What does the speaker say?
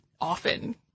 often